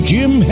Jim